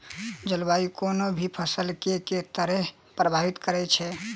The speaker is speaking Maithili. जलवायु कोनो भी फसल केँ के तरहे प्रभावित करै छै?